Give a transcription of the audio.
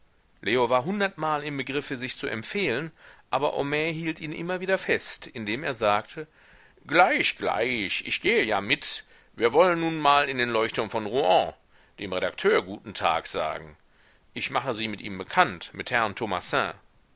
leo war hundertmal im begriffe sich zu empfehlen aber homais hielt ihn immer wieder fest indem er sagte gleich gleich ich gehe ja mit wir wollen nun mal in den leuchtturm von rouen dem redakteur guten tag sagen ich mache sie mit ihm bekannt mit herrn thomassin